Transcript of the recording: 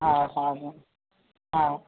हा हा हा